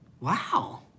wow